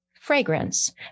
fragrance